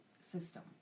system